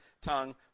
tongue